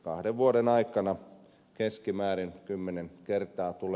kahden vuoden aikana keskimäärin kymmenen kertaa tul